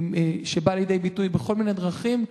שבאה לידי ביטוי בכל מיני דרכים,